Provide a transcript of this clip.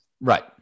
Right